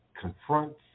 confronts